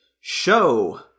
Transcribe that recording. Show